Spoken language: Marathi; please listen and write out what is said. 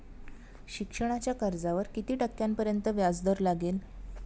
शिक्षणाच्या कर्जावर किती टक्क्यांपर्यंत व्याजदर लागेल?